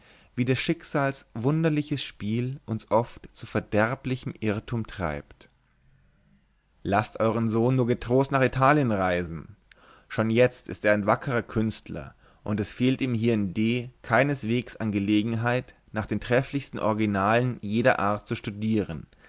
wie des schicksals wunderliches spiel uns oft zu verderblichem irrtum treibt laßt euern sohn nur getrost nach italien reisen schon jetzt ist er ein wackrer künstler und es fehlt ihm hier in d keinesweges an gelegenheit nach den trefflichsten originalen jeder art zu studieren